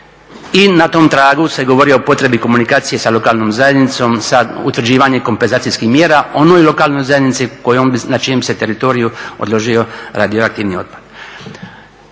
i na tom tragu se govori o potrebi komunikacije sa lokalnom zajednicom, sa utvrđivanjem kompenzacijskih mjera onoj lokalnoj zajednici kojom bi, na čijem se teritoriju odložio radioaktivni otpad.